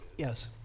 Yes